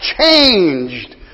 Changed